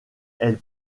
elle